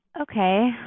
Okay